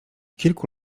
kilku